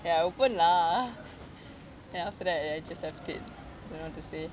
ya I open lah then after that I just left it don't know what to say